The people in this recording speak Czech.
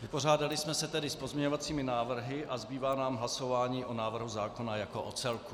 Vypořádali jsme se tedy s pozměňovacími návrhy a zbývá nám hlasování o návrhu zákona jako o celku.